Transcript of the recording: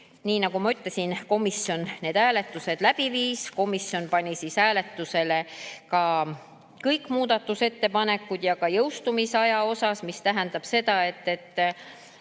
Nii nagu ma ütlesin, komisjon need hääletused läbi viis. Komisjon pani hääletusele kõik muudatusettepanekud ja ka jõustumisaja. See tähendab seda, et